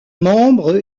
membre